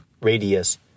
Radius